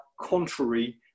contrary